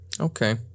Okay